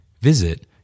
Visit